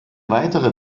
weitere